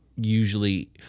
usually